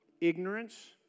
Ignorance